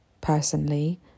personally